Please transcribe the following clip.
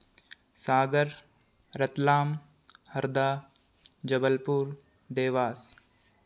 Sagar Ratlam Harda Jabalpur Dewas